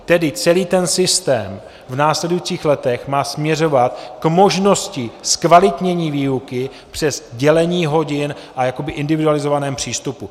Tedy celý ten systém v následujících letech má směřovat k možnosti zkvalitnění výuky přes dělení hodin a jakoby individualizovaném přístupu.